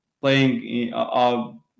playing